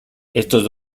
estos